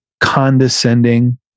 condescending